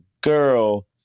girl